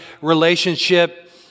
relationship